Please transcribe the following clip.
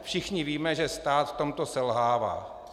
Všichni víme, že stát v tomto selhává.